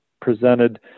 presented